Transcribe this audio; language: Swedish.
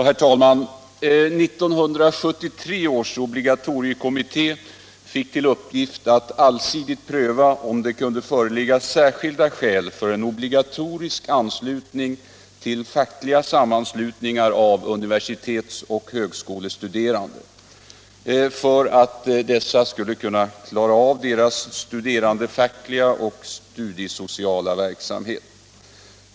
Herr talman! 1973 års obligatoriekommitté fick till uppgift att allsidigt pröva om det kunde föreligga särskilda skäl för en obligatorisk anslutning till fackliga sammanslutningar av universitets och högskolestuderande för att dessa skulle kunna klara av den studerandefackliga och studiesociala verksamheten.